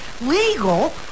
legal